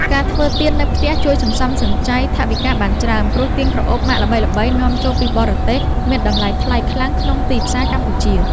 ការធ្វើទៀននៅផ្ទះជួយសន្សំសំចៃថវិកាបានច្រើន ព្រោះទៀនក្រអូបម៉ាកល្បីៗនាំចូលពីបរទេសមានតម្លៃថ្លៃខ្លាំងក្នុងទីផ្សារកម្ពុជា។